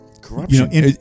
Corruption